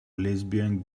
lesbian